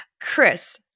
Chris